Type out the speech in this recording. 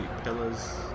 pillars